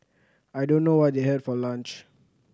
I don't know what they had for lunch